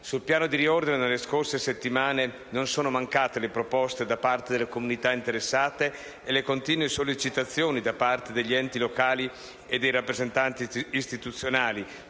Sul piano di riordino, nelle scorse settimane, non sono mancate le proteste da parte delle comunità interessate e continue sollecitazioni da parte degli enti locali e dei rappresentanti istituzionali,